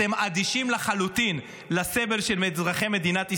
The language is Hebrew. אתם אדישים לחלוטין לסבל של אזרחי מדינת ישראל,